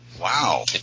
Wow